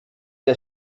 der